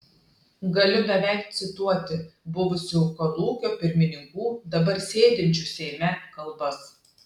galiu beveik cituoti buvusių kolūkio pirmininkų dabar sėdinčių seime kalbas